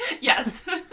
Yes